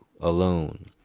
alone